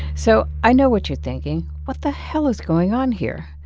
so i know what you're thinking. what the hell is going on here?